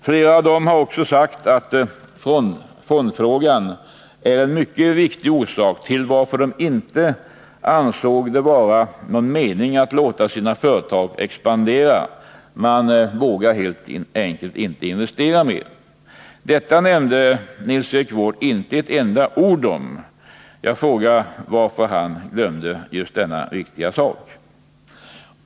Flera av dem har också sagt att fondfrågan har varit en mycket viktig orsak till att de inte har ansett det vara någon mening med att låta sina företag expandera. Man vågar helt enkelt inte investera mer. Detta sade Nils Erik Wååg inte ett enda ord om. Jag undrar varför han glömde denna viktiga fråga.